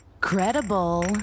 Credible